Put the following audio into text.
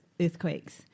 earthquakes